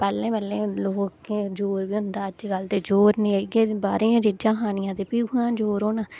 उस बैल्ले दे लोकें च जोर होंदा ते अजकल दे जोर नेई बच्चे बारे दा गंद खाना ते कुत्थूं दा जोर हौना